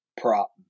prop